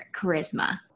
charisma